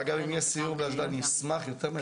אם יהיה סיור, אני מאוד אשמח לבוא.